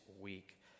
week